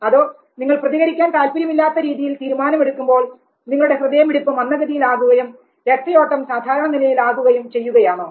അതോ നിങ്ങൾ പ്രതികരിക്കാൻ താൽപര്യമില്ലാത്ത രീതിയിൽ തീരുമാനമെടുക്കുമ്പോൾ നിങ്ങളുടെ ഹൃദയമിടിപ്പ് മന്ദഗതിയിൽ ആകുകയും രക്തയോട്ടം സാധാരണനിലയിൽ ആകുകയും ചെയ്യുകയാണോ